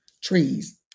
trees